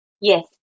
Yes